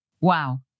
wow